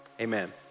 amen